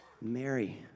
Mary